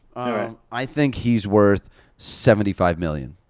all right. i think he's worth seventy five million.